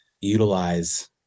utilize